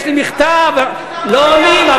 יש לי מכתב, לא עונים.